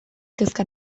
kezka